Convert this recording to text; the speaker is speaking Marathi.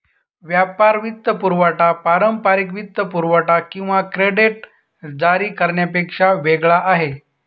व्यापार वित्तपुरवठा पारंपारिक वित्तपुरवठा किंवा क्रेडिट जारी करण्यापेक्षा वेगळा आहे